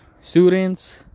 students